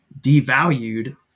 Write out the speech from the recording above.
devalued